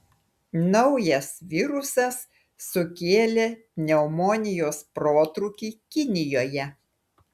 naujas virusas sukėlė pneumonijos protrūkį kinijoje